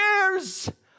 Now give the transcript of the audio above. years